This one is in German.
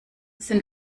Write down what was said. sind